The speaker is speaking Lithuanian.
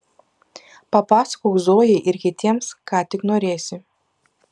papasakok zojai ir kitiems ką tik norėsi